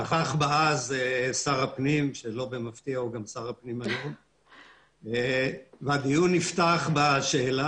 נכח בה אז שר הפנים שלא במפתיע הוא גם שר הפנים היום והדיון נפתח בשאלה: